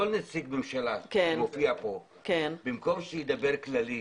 כל נציג ממשלה שמופיע פה, במקום שידבר כללית